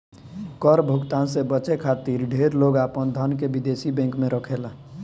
कर भुगतान से बचे खातिर ढेर लोग आपन धन के विदेशी बैंक में रखेला